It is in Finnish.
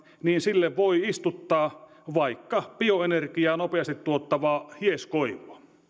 niin sille voi istuttaa vaikka bioenergiaa nopeasti tuottavaa hieskoivua